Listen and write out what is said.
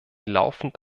laufend